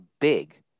big